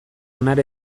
onar